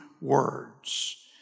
words